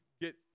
get